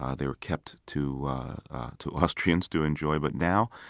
ah they were kept to to austrians to enjoy. but now,